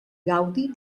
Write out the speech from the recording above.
gaudi